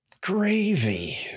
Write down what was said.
gravy